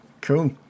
Cool